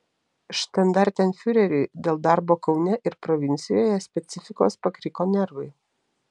štandartenfiureriui dėl darbo kaune ir provincijoje specifikos pakriko nervai